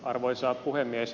arvoisa puhemies